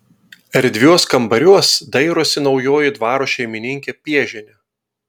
erdviuos kambariuos dairosi naujoji dvaro šeimininkė piežienė